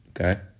okay